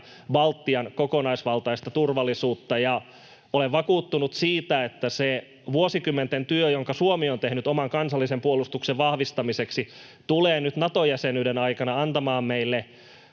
ja Baltian, kokonaisvaltaista turvallisuutta. Olen vakuuttunut siitä, että se vuosikymmenten työ, jonka Suomi on tehnyt oman kansallisen puolustuksen vahvistamiseksi, tulee nyt Nato-jäsenyyden aikana antamaan meille